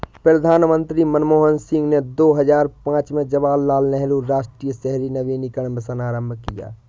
प्रधानमंत्री मनमोहन सिंह ने दो हजार पांच में जवाहरलाल नेहरू राष्ट्रीय शहरी नवीकरण मिशन आरंभ किया